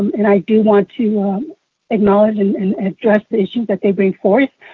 and i do want to um acknowledge and and address the issues that they bring forth.